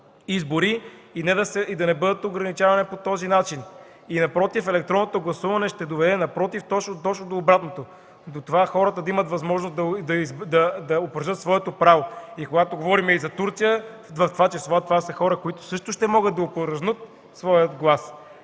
избори и да не бъдат ограничавани по този начин. Напротив, електронното гласуване ще доведе точно до обратното – до това хората да имат възможност да упражнят своето право. И когато говорим за Турция, в това число, това са хора, които също ще могат да упражнят своя глас,